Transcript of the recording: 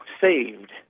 saved